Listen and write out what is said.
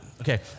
okay